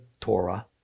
Torah